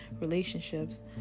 relationships